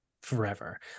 forever